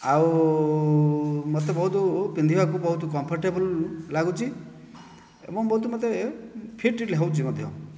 ଆଉ ମୋତେ ବହୁତ ପିନ୍ଧିବାକୁ ବହୁତ କମ୍ଫଟେବଲ୍ ଲାଗୁଛି ଏବଂ ବହୁତ ମୋତେ ଫିଟ୍ ବି ହେଉଛି ମଧ୍ୟ